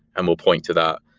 and we'll point to that.